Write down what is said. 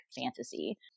fantasy